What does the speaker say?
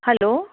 hello